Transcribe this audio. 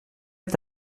est